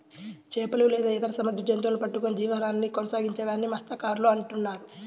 చేపలు లేదా ఇతర సముద్ర జంతువులను పట్టుకొని జీవనాన్ని కొనసాగించే వారిని మత్య్సకారులు అంటున్నారు